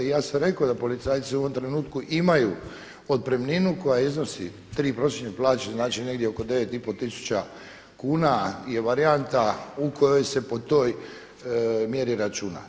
I ja sam rekao da policajci u ovom trenutku imaju otpremninu koja iznosi 3 prosječne plaće znači negdje oko 9,5 tisuća kuna je varijanta u kojoj se po toj mjeri računa.